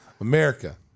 America